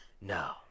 no